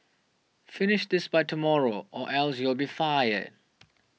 finish this by tomorrow or else you'll be fired